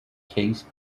case